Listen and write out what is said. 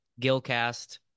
Gilcast